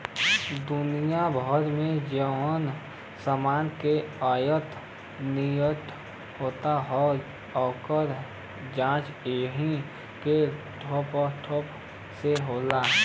दुनिया भर मे जउनो समान के आयात निर्याट होत हौ, ओकर जांच यही के ठप्पा से होला